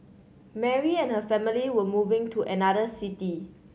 Mary and her family were moving to another city